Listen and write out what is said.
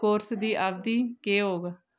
course दी अवधि केह् होग